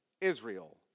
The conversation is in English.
Israel